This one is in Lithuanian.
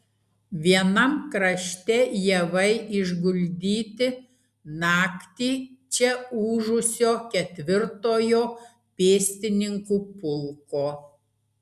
vienam krašte javai išguldyti naktį čia ūžusio ketvirtojo pėstininkų pulko